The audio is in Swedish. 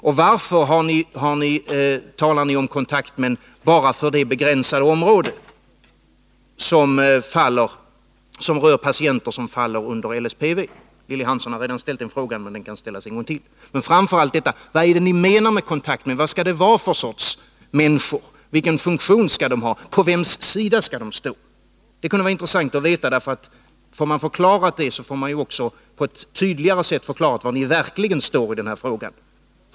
Och varför talar ni om kontaktmän bara för det begränsade område som rör patienter som faller under LSPV? Lilly Hansson har redan ställt den frågan, men den kan ställas en gång till. Men framför allt: Vad är det ni menar med kontaktmän? Vad skall det vara för sorts människor? Vilken funktion skall de ha? På vems sida skall de stå? Det kunde vara intressant att få veta detta — får man det förklarat får man också på ett tydligare sätt förklarat var ni verkligen står i den här frågan.